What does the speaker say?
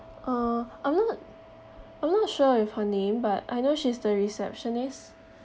uh I'm not I'm not sure with her name but I know she's the receptionist